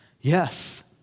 Yes